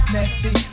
Nasty